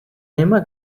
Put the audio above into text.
emma